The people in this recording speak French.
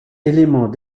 élément